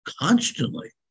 constantly